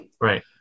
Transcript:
Right